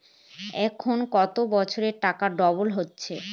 এখন কত বছরে টাকা ডবল হচ্ছে?